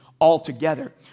altogether